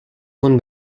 اون